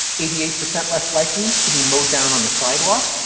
eighty eight percent less likely to be mowed down on the sidewalk,